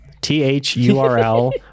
T-H-U-R-L